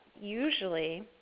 usually